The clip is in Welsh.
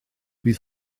bydd